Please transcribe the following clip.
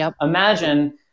imagine